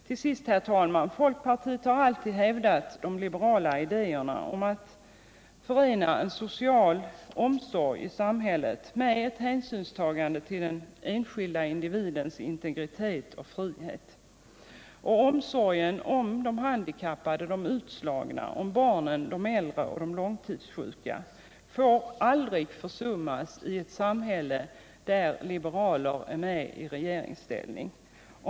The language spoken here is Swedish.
Till sist, herr talman: Folkpartiet har alltid hävdat de liberala idéerna om att förena en social omsorg inom samhället med hänsynstagande till den enskilde individens integritet och frihet. Och omsorgen om de handikappade, de utslagna, barnen, de äldre och de långtidssjuka får aldrig försummas i ett samhälle där liberaler är med i regeringsställning.